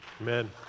Amen